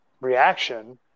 reaction